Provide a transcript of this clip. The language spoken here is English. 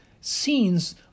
scenes